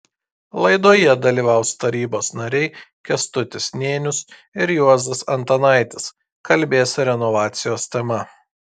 laidoje dalyvaus tarybos nariai kęstutis nėnius ir juozas antanaitis kalbės renovacijos tema